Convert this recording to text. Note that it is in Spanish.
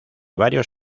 varios